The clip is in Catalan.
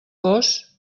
gos